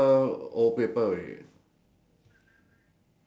no the the the the the arrow the arrow north beach